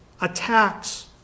attacks